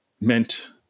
meant